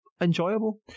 Enjoyable